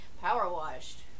power-washed